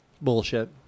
bullshit